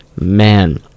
Man